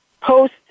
post